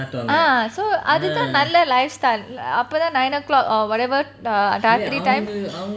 ah so அது தான் நல்ல:adhu thaan nalla lifestyle அப்போ தான்:apo oru nine o'clock or whatever err dietary time